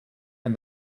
and